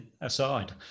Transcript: aside